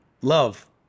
love